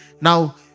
Now